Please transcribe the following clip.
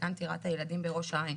לגן טירת הילדים בראש העין.